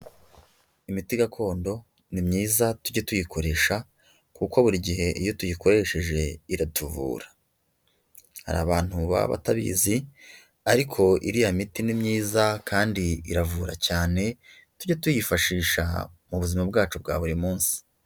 Imiti gakondo ni myiza tujye tuyikoresha, kuko buri gihe iyo tuyikoresheje iratuvura. Hari abantu baba batabizi ariko iriya miti ni myiza kandi iravura cyane, tujye tuyifashisha mu buzima bwacu bwa buri munsi.